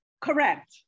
Correct